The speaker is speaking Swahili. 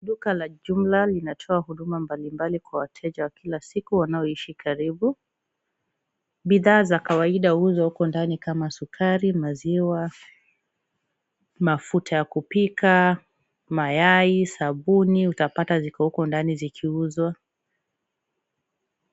Duka la jumla linatoa huduma mbalimbali kwa wateja wa kila siku wanaoishi karibu. Bidhaa za kawaida huuzwa huko ndani kama sukari, maziwa, mafuta ya kupika, mayai, sabuni utapata ziko huko ndani zikiuzwa.